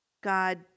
God